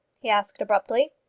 he asked abruptly.